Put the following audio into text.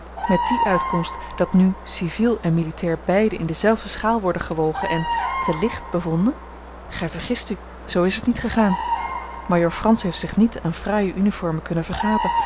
met die uitkomst dat nu civiel en militair beiden in dezelfde schaal worden gewogen en te licht bevonden gij vergist u zoo is het niet gegaan majoor frans heeft zich niet aan fraaie uniformen kunnen vergapen